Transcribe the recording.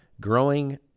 growing